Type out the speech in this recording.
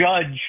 judge